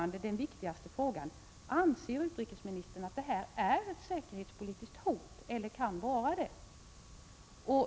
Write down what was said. Så till den viktigaste frågan: Anser utrikesministern att denna verksamhet innebär eller kan innebära ett säkerhetspolitiskt hot?